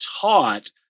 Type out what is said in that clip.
taught